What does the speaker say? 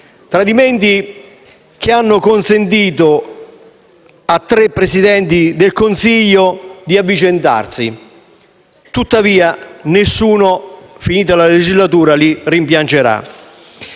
Tradimenti che hanno consentito a tre Presidenti del Consiglio di avvicendarsi, ma nessuno, finita la legislatura, li rimpiangerà.